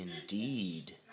indeed